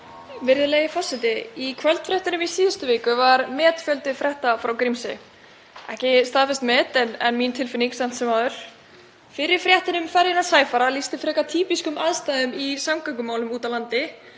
Virðulegi forseti. Í kvöldfréttunum í síðustu viku var metfjöldi frétta frá Grímsey. Ekki staðfest met, en mín tilfinning samt sem áður. Fyrri fréttin, um ferjuna Sæfara, lýsti frekar týpískum aðstæðum í samgöngumálum úti á landi